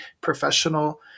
professional